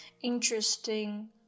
interesting